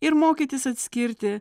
ir mokytis atskirti